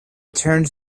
turned